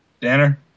Danner